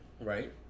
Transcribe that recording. Right